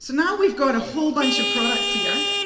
now we've got a whole bunch of products here.